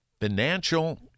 Financial